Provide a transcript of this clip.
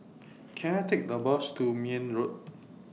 Can I Take A Bus to Mayne Road